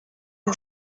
une